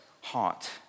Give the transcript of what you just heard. heart